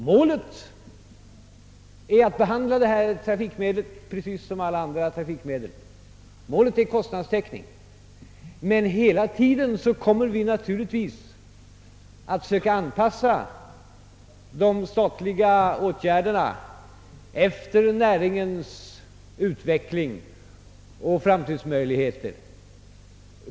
Målet är att behandla detta trafikmedel på precis samma sätt som andra trafikmedel och åstadkomma en kostnadstäckning. Men hela tiden kommer vi naturligtvis på olika sätt att försöka anpassa de statliga åtgärderna efter näringens utveckling och framtidsmöjligheter.